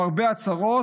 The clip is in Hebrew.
עם הרבה הצהרות.